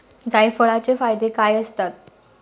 जायफळाचे फायदे काय असतात?